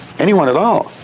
anyone at all.